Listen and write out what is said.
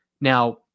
now